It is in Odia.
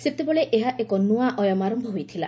ସେତେବେଳେ ଏହା ଏକ ନୂଆ ଅୟମାରନ୍ତ ଥିଲା